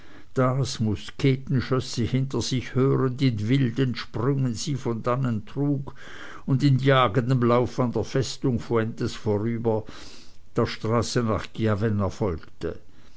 das musketenschüsse hinter sich hörend in wilden sprüngen sie von dannen trug und in jagendem laufe an der festung fuentes vorüber der straße nach chiavenna folgte